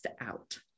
out